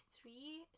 three